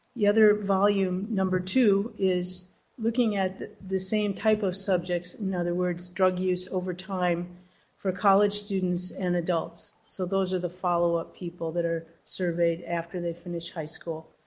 the other volume number two is looking at the same type of subjects, in other words, drug use over time for college students and adults. so those are the follow up people that are surveyed after they finished high school.